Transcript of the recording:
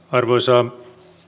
arvoisa